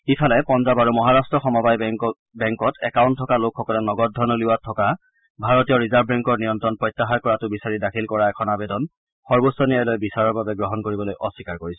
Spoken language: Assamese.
ইফালে পঞ্জাৱ আৰু মহাৰাট্ট সমবায় বেংকত একাউণ্ট থকা লোকসকলে নগদ ধন উলিওৱাত থকা ভাৰতীয় ৰিজাৰ্ভ বেংকৰ নিয়ন্ত্ৰণ প্ৰত্যাহাৰ কৰাটো বিচাৰি দাখিল কৰা এখন আবেদন সৰ্বোচ্চ ন্যায়ালয়ে বিচাৰৰ বাবে গ্ৰহণ কৰিবলৈ অস্নীকাৰ কৰিছে